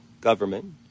government